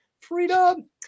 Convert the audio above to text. freedom